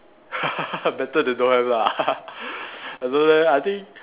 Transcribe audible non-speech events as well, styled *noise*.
*laughs* better than don't have lah *laughs* I don't know leh I think